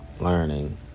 learning